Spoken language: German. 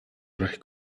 recht